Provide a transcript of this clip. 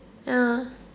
ya